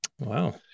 Wow